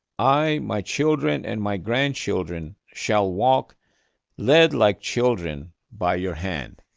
i, my children, and my grandchildren shall walk led like children by your hand.